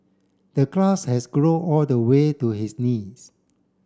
the grass has grown all the way to his knees